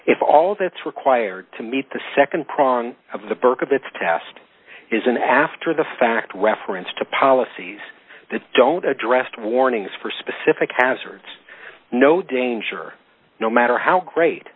if all that's required to meet the nd prong of the berkovitz test is an after the fact reference to policies that don't addressed warnings for specific hazards no danger no matter how great